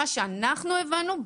לפי מה שאנחנו הבנו,